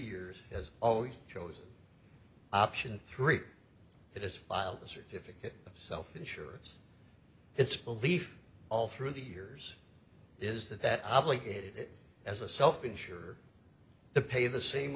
years has always chosen option three it has filed the certificate of self insurance it's belief all through the years is that that obligated it as a self insure the pay the same